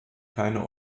keine